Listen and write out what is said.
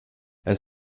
elle